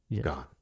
gone